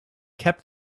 kept